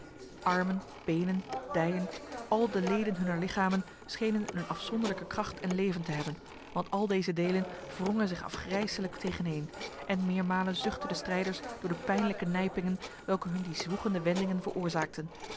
armen benen dijen al de leden hunner lichamen schenen een afzonderlijke kracht en leven te hebben want al deze delen wrongen zich afgrijselijk tegeneen en meermalen zuchtten de strijders door de pijnlijke nijpingen welke hun die zwoegende wendingen veroorzaakten